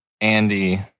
andy